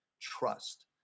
trust